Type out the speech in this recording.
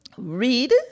Read